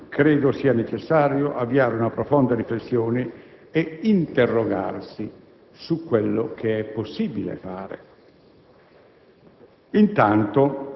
Su questo tema credo sia necessario avviare una profonda riflessione ed interrogarsi su quello che è possibile fare.